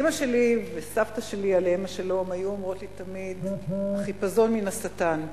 אמא שלי וסבתא שלי עליהן השלום היו אומרות לי תמיד: החיפזון מהשטן.